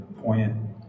poignant